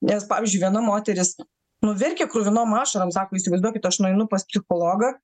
nes pavyzdžiui viena moteris nu verkia kruvinom ašarom įsivaizduokit aš nueinu pas psichologą